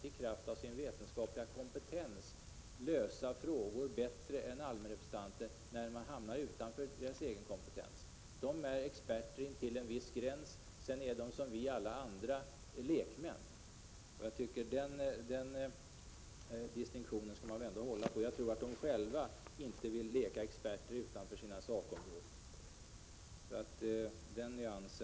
De kan inte i kraft av sin vetenskapliga kompetens bättre än allmänrepresentanterna lösa problem som ligger utanför deras kompetens. De är experter intill en viss gräns, och sedan är de, som alla vi andra, lekmän. Den distinktionen bör upprätthållas. Jag tror inte att de själva vill leka experter utanför sina sakområden.